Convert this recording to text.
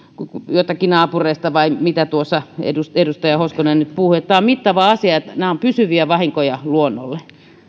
joihinkin naapureihin vai mitä tuossa edustaja edustaja hoskonen nyt puhui tämä on mittava asia nämä ovat pysyviä vahinkoja luonnolle